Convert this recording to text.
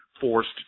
forced